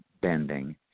bending